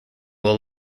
will